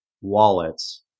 wallets